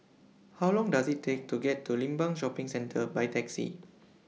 How Long Does IT Take to get to Limbang Shopping Centre By Taxi